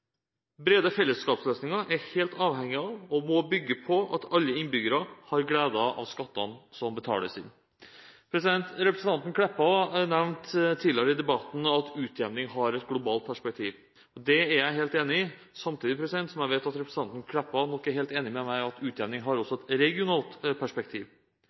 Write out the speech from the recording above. Brede fellesskapsløsninger er helt avhengig av, og må bygge på, at alle innbyggere har glede av skattene som betales inn. Representanten Meltveit Kleppa nevnte tidligere i debatten at utjevning har et globalt perspektiv. Det er jeg helt enig i. Samtidig vet jeg at representanten Meltveit Kleppa ikke er helt enig med meg i at utjevning også har et regionalt perspektiv.